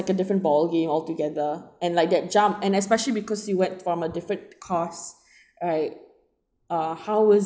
it's a different ball game altogether and like that jump and especially because you went from a different course right uh how was